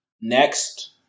next